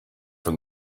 from